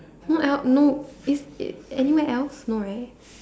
what el~ no is it anywhere else no right